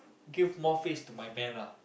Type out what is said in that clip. give more face to my man ah